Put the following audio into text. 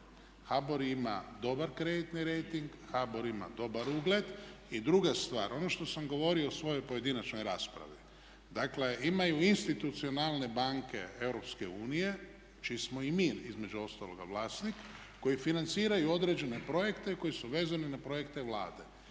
HBOR ima dobar kreditni rejting, HBOR ima dobar ugled. I druga stvar, ono što sam govorio u svojoj pojedinačnoj raspravi, dakle imaju institucionalne banke Europske unije čiji smo i mi između ostaloga vlasnik koji financiraju određene projekte koji su vezani na projekte Vlade.